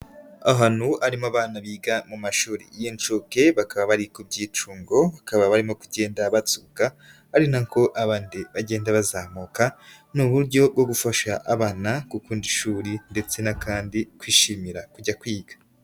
Ahantu harimo abana biga mu mashuri y'incuke, bakaba bari ku byicungo, bakaba barimo kugenda batsuka ari na ko abandi bagenda bazamuka, ni uburyo bwo gufasha abana gukunda ishuri ndetse na kandi kwishimira kujya kwiga.